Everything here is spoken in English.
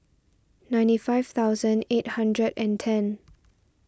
ninety five thousand eight hundred and ten